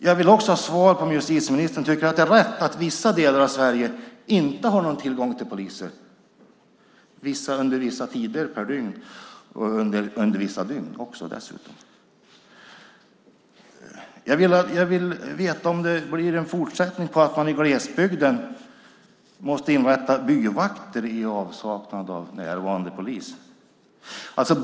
Jag vill också ha svar på om justitieministern tycker att det är rätt att vissa delar av Sverige under vissa tider på dygnet, och även vissa dygn, inte har någon tillgång till poliser. Jag skulle vilja veta om det även i fortsättningen blir så att man i glesbygden måste inrätta byavakter i avsaknad av närvarande polis.